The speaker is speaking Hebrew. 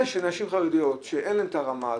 שנשים חרדיות שאין להן את הרמה הזאת,